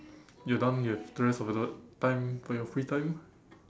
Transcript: you are done you have the rest of the time for your free time